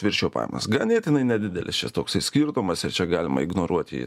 viršijo pajamas ganėtinai nedidelis čia toks ir skirtumas ir čia galima ignoruoti jį